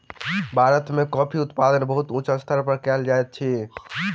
भारत में कॉफ़ी उत्पादन बहुत उच्च स्तर पर कयल जाइत अछि